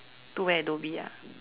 to where dhoby ah